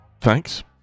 Thanks